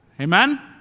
Amen